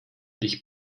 dich